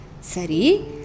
Sari